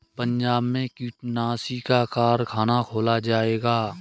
पंजाब में कीटनाशी का कारख़ाना खोला जाएगा